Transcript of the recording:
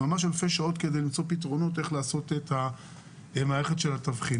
ממש אלפי שעות כדי למצוא את הפתרונות איך לעשות את מערכת התבחינים.